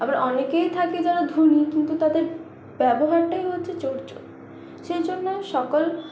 আবার অনেকেই থাকে যারা ধনী কিন্তু তাদের ব্যবহারটাই হচ্ছে চোর চোর সেই জন্যে সকল